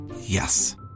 Yes